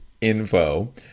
info